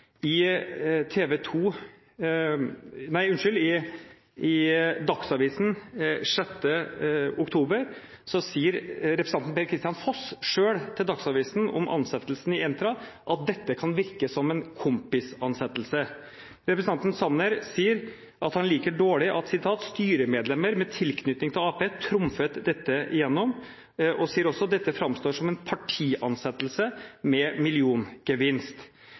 I Dagsavisen 6. oktober sier representanten Per-Kristian Foss selv til Dagsavisen om ansettelsen i Entra at dette kan virke som en «kompis-ansettelse». Representanten Sanner sier at han «liker dårlig at styremedlemmer med tilknytninger i Ap trumfet dette igjennom». Og han sier også: «Dette framstår som en partiansettelse med milliongevinst».